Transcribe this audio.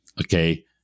okay